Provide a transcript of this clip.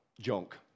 junk